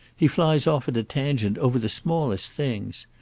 he flies off at a tangent over the smallest things.